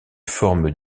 forme